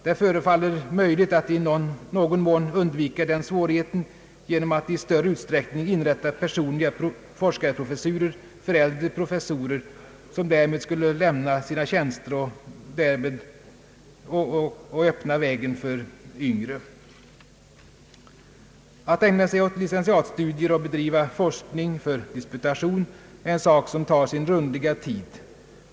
Det förefaller möjligt att i någon mån undvika denna svårighet genom att i större utsträckning inrätta personliga forskarprofessurer för äldre professorer som därmed skulle lämna sina tjänster och öppna vägen för de yngre. Att ägna sig åt licentiatstudier och bedriva forskning för disputation är en sak som tar sin rundliga tid.